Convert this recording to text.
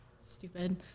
stupid